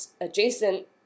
adjacent